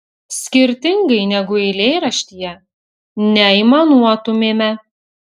skirtingai negu eilėraštyje neaimanuotumėme